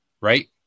right